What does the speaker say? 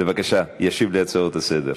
בבקשה ישיב על הצעות לסדר-היום.